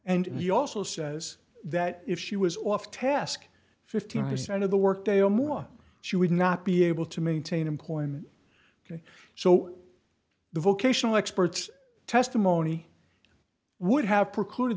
and he also says that if she was off task fifteen percent of the work day or more she would not be able to maintain employment ok so the vocational experts testimony would have precluded